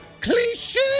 Cliche